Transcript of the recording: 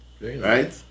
Right